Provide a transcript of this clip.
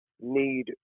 need